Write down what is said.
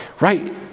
right